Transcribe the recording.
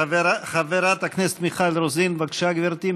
חברת הכנסת מיכל רוזין, בבקשה, גברתי.